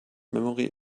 memory